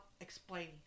explaining